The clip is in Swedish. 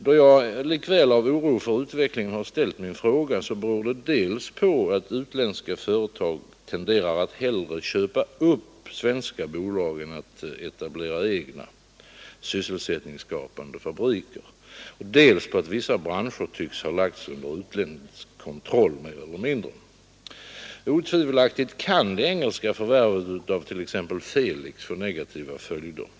Då jag likväl av oro för utvecklingen har ställt min fråga, beror det dels på utländska företags tendens att hellre köpa upp svenska bolag än att etablera egna, sysselsättningsskapande fabriker, dels på att vissa branscher tycks ha lagts under utländsk kontroll — mer eller mindre. Otvivelaktigt kan det engelska förvärvet av t.ex. Felix få negativa följder.